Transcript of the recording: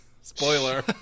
Spoiler